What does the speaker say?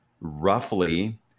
roughly